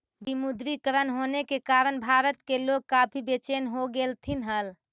विमुद्रीकरण होने के कारण भारत के लोग काफी बेचेन हो गेलथिन हल